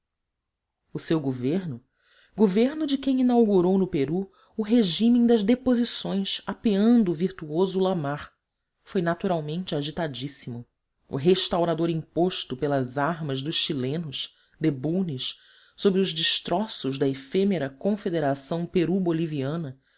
o seu governo governo de quem inaugurou no peru o regime das deposições apeando o virtuoso la mar foi naturalmente agitadíssimo o restaurador imposto pelas armas dos chilenos de bulnes sobre os destroços da efêmera confederação